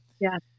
Yes